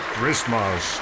Christmas